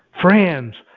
Friends